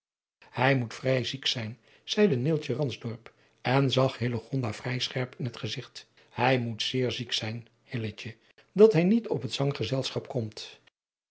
hij moet vrij ziek zijn zeide neeltje ransdorp en zag hillegonda vrij scherp in het gezigt hij moet zeer ziek zijn hilletje dat hij niet op het zanggezelschap komt